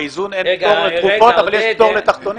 באיזון אין פטור לתרופות אבל יש פטור לתחתונים.